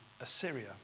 Assyria